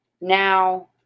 now